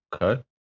Okay